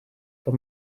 for